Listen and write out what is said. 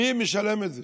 מי משלם את זה?